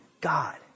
God